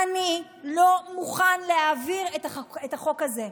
אני לא מוכן להעביר את החוק הזה,